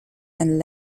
and